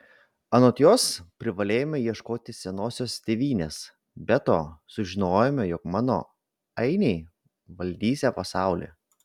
anot jos privalėjome ieškoti senosios tėvynės be to sužinojome jog mano ainiai valdysią pasaulį